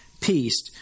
peace